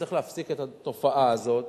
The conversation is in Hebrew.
וצריך להפסיק את התופעה הזאת.